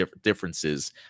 differences